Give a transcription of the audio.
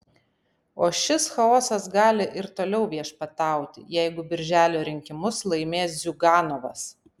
o šis chaosas gali ir toliau viešpatauti jeigu birželio rinkimus laimės ziuganovas